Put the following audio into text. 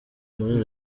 muri